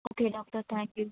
okay doctor thank you